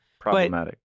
problematic